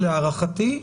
להערכתי,